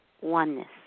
oneness